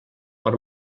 per